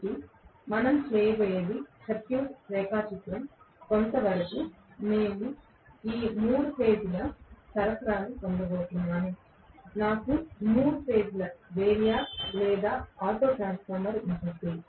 కాబట్టి మనం చేయబోయేది సర్క్యూట్ రేఖాచిత్రం కొంతవరకు నేను 3 దశల సరఫరాను పొందబోతున్నాను నాకు 3 దశల వేరియాక్ లేదా ఆటో ట్రాన్స్ఫార్మర్ ఉంటుంది